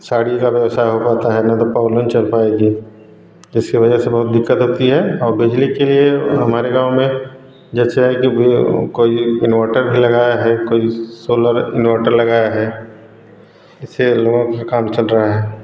साड़ी का व्यवसाय हो पाता है न तो चल पाएगी इसकी वजह से बहुत दिक्कत होती है और बिजली के लिए हमारे गाँव में जैसे है कि कोई इंवर्टर भी लगाया है कोई इंवर्टर लगाया है इससे लोगों का काम चल रहा है